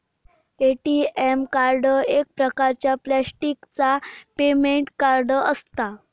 ATM card एक प्रकारचा प्लॅस्टिकचा पेमेंट कार्ड असता